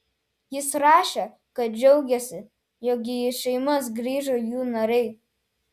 jis rašė kad džiaugiasi jog į šeimas grįžo jų nariai